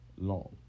long